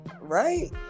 Right